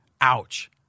Ouch